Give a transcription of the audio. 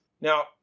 Now